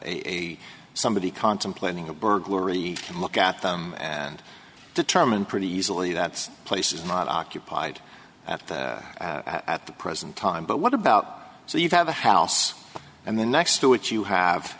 a somebody contemplating a burglary can look at them and determine pretty easily that's place is not occupied at the at the present time but what about so you have a house and the next to it you have